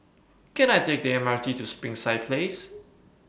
Can I Take The M R T to Springside Place